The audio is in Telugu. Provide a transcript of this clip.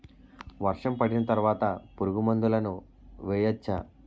వర్షం పడిన తర్వాత పురుగు మందులను వేయచ్చా?